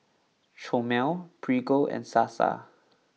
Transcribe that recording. Chomel Prego and Sasa